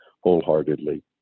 wholeheartedly